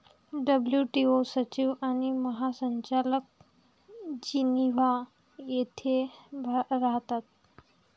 WTO सचिव आणि महासंचालक जिनिव्हा येथे राहतात